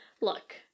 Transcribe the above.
look